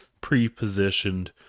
pre-positioned